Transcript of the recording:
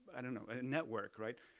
i don't know, network, right,